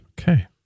okay